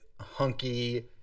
hunky